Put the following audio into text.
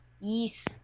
Yes